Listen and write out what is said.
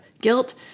guilt